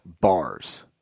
Bars